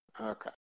Okay